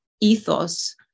ethos